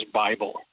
Bible